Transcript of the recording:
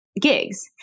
Gigs